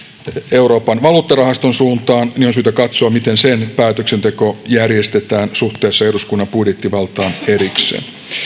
euroopan valuuttarahaston suuntaan niin on syytä katsoa miten sen päätöksenteko järjestetään suhteessa eduskunnan budjettivaltaan erikseen